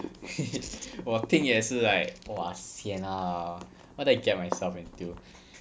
我听也是 like !wah! sian ah what did I get myself into